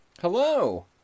Hello